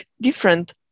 different